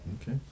Okay